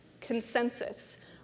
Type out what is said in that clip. Consensus